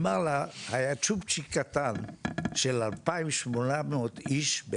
למעלה היה צ'ופצ'יק קטן של בערך 2800 איש,